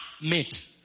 mate